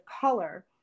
color